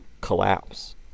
collapse